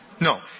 No